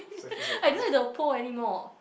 I don't have the pole anymore